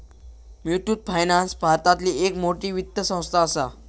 Muthoot finance भारतातली एक मोठी वित्त संस्था आसा